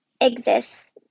exists